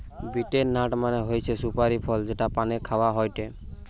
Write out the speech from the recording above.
betel nut মানে হৈসে সুপারি ফল যেটা পানে খাওয়া হয়টে